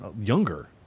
younger